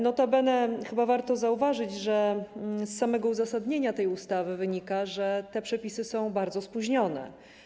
Notabene chyba warto zauważyć, iż z samego uzasadnienia tej ustawy wynika, że te przepisy są bardzo spóźnione.